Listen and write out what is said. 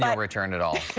but return it all.